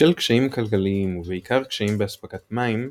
בשל קשיים כלכליים ובעיקר קשיים בהספקת מים,